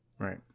Right